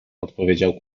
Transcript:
odpowiedział